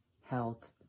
health